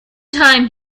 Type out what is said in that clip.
time